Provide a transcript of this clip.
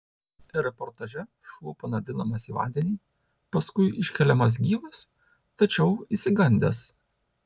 reportaže šuo panardinamas į vandenį paskui iškeliamas gyvas tačiau išsigandęs